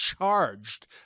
charged